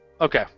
Okay